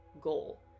goal